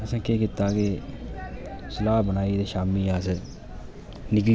असें केह् कीता के सलाह् बनाई शामीं अस निकली गे